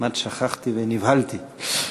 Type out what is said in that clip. כמעט שכחתי, ונבהלתי.